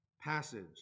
passage